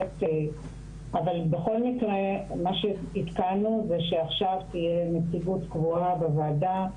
אבל בכל מקרה מה שעדכנו זה שעכשיו תהיה נציגות קבועה בוועדה,